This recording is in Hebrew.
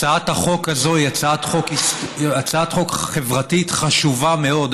הצעת החוק הזאת היא הצעת חוק חברתית חשובה מאוד,